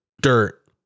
dirt